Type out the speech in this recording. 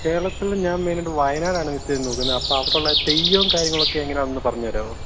കേരളത്തിൽ ഞാൻ മെയിനായിട്ട് വയനാടാണ് നോക്കുന്നത് അപ്പോൾ അവിടെയുള്ള തെയ്യവും കാര്യങ്ങളുമൊക്കെ എങ്ങനാണെന്നു പറഞ്ഞുതരാമോ